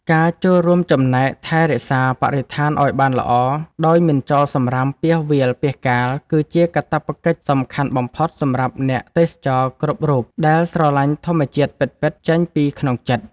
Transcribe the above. ការចូលរួមចំណែកថែរក្សាបរិស្ថានឱ្យបានល្អដោយមិនចោលសម្រាមពាសវាលពាសកាលគឺជាកាតព្វកិច្ចសំខាន់បំផុតសម្រាប់អ្នកទេសចរគ្រប់រូបដែលស្រឡាញ់ធម្មជាតិពិតៗចេញពីក្នុងចិត្ត។